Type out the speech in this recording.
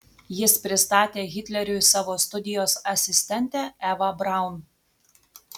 jis pristatė hitleriui savo studijos asistentę evą braun